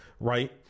right